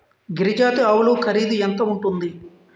గిరి జాతి ఆవులు ఖరీదు ఎంత ఉంటుంది?